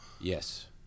Yes